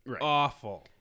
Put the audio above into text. Awful